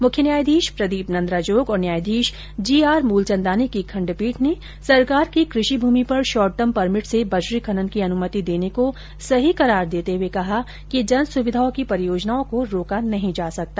मुख्य न्यायाधीश प्रदीप नन्द्राजोग और न्यायाधीश जी आर मुलचन्दानी की खण्ड पीठ ने सरकार की कुषि भूमि पर शॉर्ट टर्म परमिट से बजरी खनन की अनुमति देने को सही करार देते हुए कहा कि जन सुविधाओं की परियोजनाओं को रोका नहीं जा सकता